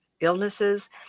illnesses